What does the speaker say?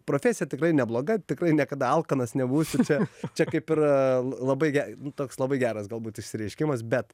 profesija tikrai nebloga tikrai niekada alkanas nebūsi čia čia kaip ir l labai ge nu toks labai geras galbūt išsireiškimas bet